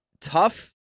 tough